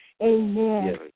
Amen